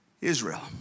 Israel